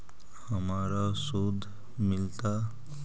हमरा शुद्ध मिलता?